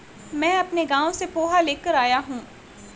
मैं अपने गांव से पोहा लेकर आया हूं